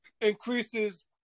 increases